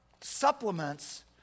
supplements